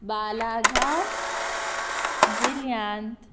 बालाघाट जिल्ल्यांत